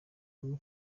kagame